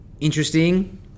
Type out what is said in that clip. interesting